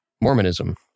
Mormonism